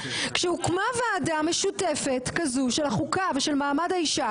כשהוקמה ועדה משותפת כזו של החוקה ושל מעמד האישה